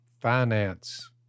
finance